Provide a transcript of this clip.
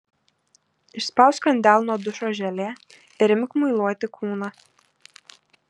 išspausk ant delno dušo želė ir imk muiluoti kūną